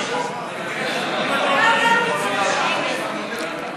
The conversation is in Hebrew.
וכעת אנחנו עוברים לתשובה והצבעה.